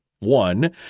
One